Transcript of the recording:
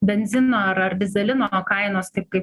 benzino ar ar dyzelino kainos taip kaip